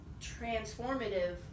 transformative